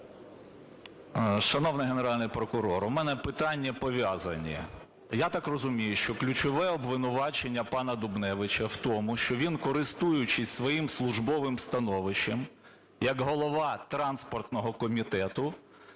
Шановний Генеральний прокурор! У мене питання пов'язані. Я так розумію, що ключове обвинувачення пана Дубневича в тому, що він, користуючись своїм службовим становищем як голова транспортного комітету,